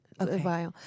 Okay